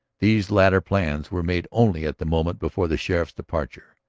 these latter plans were made only at the moment before the sheriff's departure.